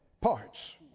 parts